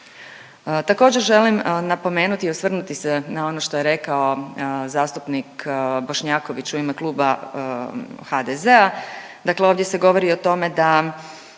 Također, želim napomenuti i osvrnuti se na ono što je rekao zastupnik Bošnjaković u ime kluba HDZ-a.